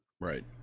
Right